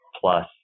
plus